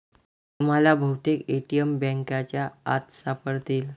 तुम्हाला बहुतेक ए.टी.एम बँकांच्या आत सापडतील